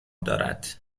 دارد